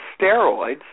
steroids